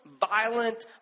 violent